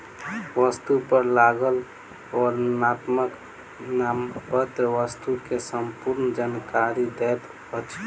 वस्तु पर लागल वर्णनात्मक नामपत्र वस्तु के संपूर्ण जानकारी दैत अछि